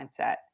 mindset